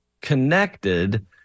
connected